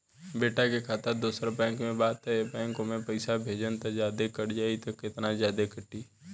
बेटा के खाता दोसर बैंक में बा त ए बैंक से ओमे पैसा भेजम त जादे कट जायी का त केतना जादे कटी?